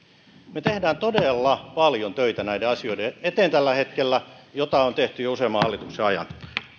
me teemme todella paljon töitä näiden asioiden eteen tällä hetkellä ja sitä on tehty jo useamman hallituksen ajan